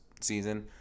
season